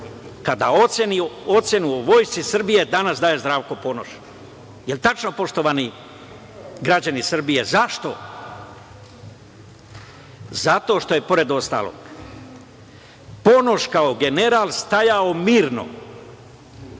kada ocenu o Vojsci Srbije danas daje Zdravko Ponoš. Je li tačno, poštovani građani Srbije? Zašto? Zato što je, pored ostalog, Ponoš kao general stajao mirno